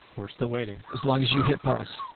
we're still waiting. as long as you hit pause.